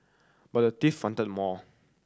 but the thief wanted more